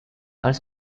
als